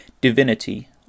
divinity